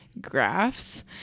graphs